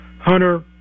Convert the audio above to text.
Hunter